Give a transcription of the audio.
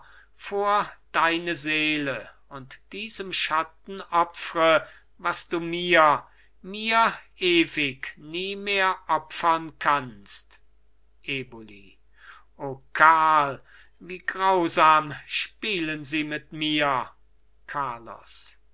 vor deine seele und diesem schatten opfre was du mir mir ewig nie mehr opfern kannst eboli o karl wie grausam spielen sie mit mir carlos